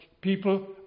people